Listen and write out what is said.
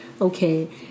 okay